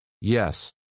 Yes